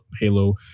halo